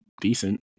decent